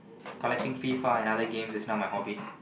collecting FIFA and other games is now my hobby